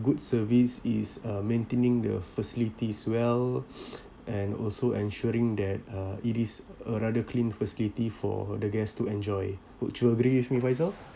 good service is uh maintaining the facilities well and also ensuring that uh it is a rather clean facility for the guests to enjoy would you agree with me faizal